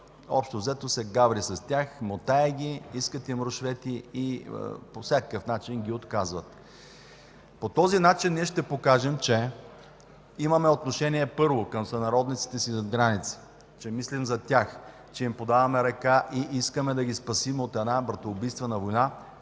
общо взето се гаври с тях, мотае ги, искат им рушвети и по всякакъв начин ги отказват. По този начин ние ще покажем, че имаме отношение, първо, към сънародниците си зад граница, че мислим за тях, че им подаваме ръка и искаме да ги спасим от една братоубийствена война,